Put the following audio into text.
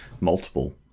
multiple